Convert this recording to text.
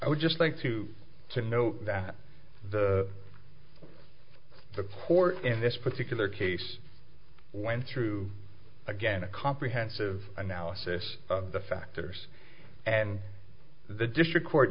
i would just like to to note that the the court in this particular case went through again a comprehensive analysis of the factors and the district co